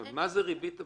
מה זה ריבית הבסיס,